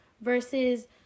Versus